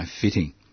fitting